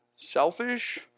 Selfish